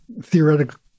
theoretical